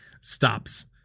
stops